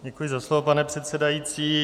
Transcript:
Děkuji za slovo, pane předsedající.